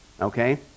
Okay